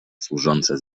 służące